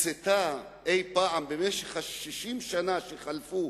הוקצתה אי-פעם, במשך 60 השנה שחלפו,